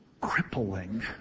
crippling